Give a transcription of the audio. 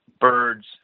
birds